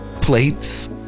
plates